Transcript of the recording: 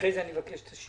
אחרי זה אני מבקש שתשיב.